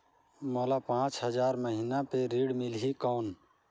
मोला पांच हजार महीना पे ऋण मिलही कौन?